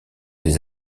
des